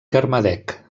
kermadec